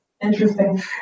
Interesting